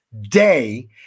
day